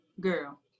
Girl